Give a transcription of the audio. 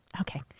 okay